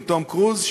עם טום קרוז.